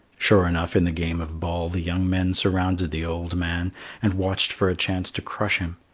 sure enough, in the game of ball the young men surrounded the old man and watched for a chance to crush him.